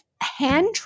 hand